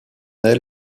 elle